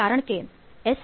કારણ કે એસ